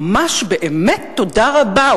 ממש, באמת, תודה רבה.